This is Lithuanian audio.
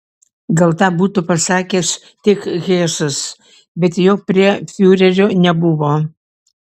gal tą būtų pasakęs tik hesas bet jo prie fiurerio nebuvo